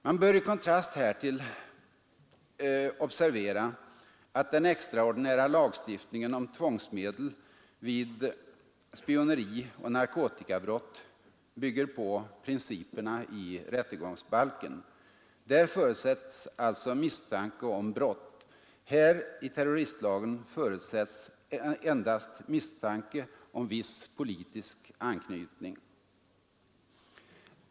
Man bör i kontrast härtill observera att den extra ordinära lagstiftningen om tvångsmedel vid spioneri och narkotikabrott bygger på principerna i rättegångsbalken. Där förutsätts alltså misstanke om brott. Här — i terroristlagen — förutsätts endast misstanke om viss politisk anknytning.